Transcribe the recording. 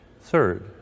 Third